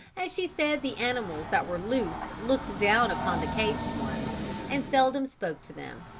as she said the animals that were loose looked down upon the caged ones and seldom spoke to them.